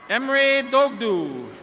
emory dogdu.